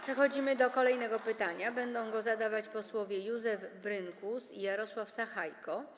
Przechodzimy do kolejnego pytania, które będą zadawać posłowie Józef Brynkus i Jarosław Sachajko.